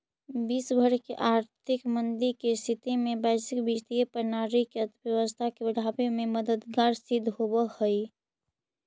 विश्व भर के आर्थिक मंदी के स्थिति में वैश्विक वित्तीय प्रणाली अर्थव्यवस्था के बढ़ावे में मददगार सिद्ध होवऽ हई